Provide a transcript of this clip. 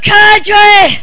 country